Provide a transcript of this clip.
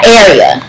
area